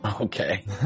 Okay